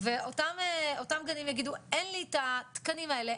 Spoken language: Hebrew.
ואותם גנים יגידו 'אין לי את התקנים האלה,